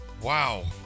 Wow